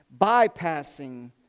bypassing